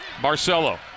Marcelo